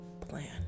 plan